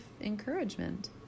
encouragement